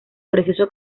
precioso